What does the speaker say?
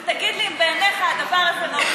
ותגיד לי אם בעינייך הדבר הזה ראוי,